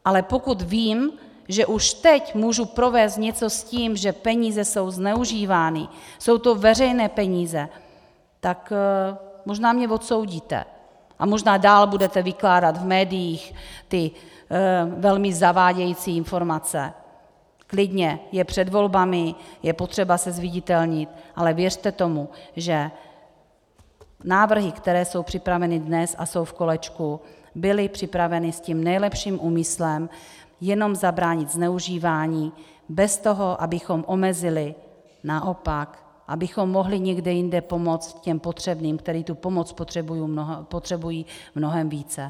Ale pokud vím, že už teď můžu provést něco s tím, že peníze jsou zneužívány, jsou to veřejné peníze, možná mě odsoudíte a možná dál budete vykládat v médiích velmi zavádějící informace, klidně, je před volbami, je potřeba se zviditelnit, ale věřte tomu, že návrhy, které jsou připraveny dnes a jsou v kolečku, byly připraveny s tím nejlepším úmyslem jenom zabránit zneužívání bez toho, abychom omezili, naopak abychom mohli někde jinde pomoct těm potřebným, kteří tu pomoc potřebují mnohem více.